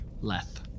Leth